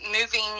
Moving